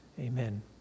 Amen